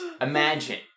Imagine